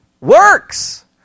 Works